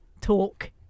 talk